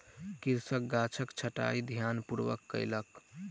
कृषक गाछक छंटाई ध्यानपूर्वक कयलक